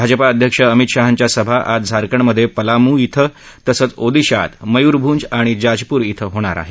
भाजपा अध्यक्ष अमित शहांच्या सभा आज झारखंडमधे पलामू धिं तसंच ओदिशात मयूरभंज आणि जाजपुर ॐ होणार आहेत